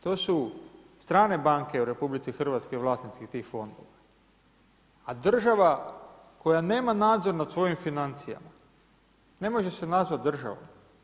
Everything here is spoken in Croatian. To su strane banke u RH vlasnici tih fondova, a država koja nema nadzor nad svojim financijama ne može se nazvat državom.